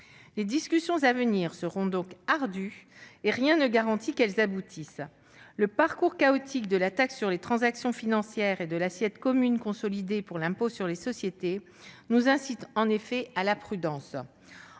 Les discussions à venir seront donc ardues et rien ne garantit qu'elles aboutissent. Le parcours chaotique de la taxe sur les transactions financières et de l'assiette commune consolidée de l'impôt sur les sociétés nous incite en effet à la prudence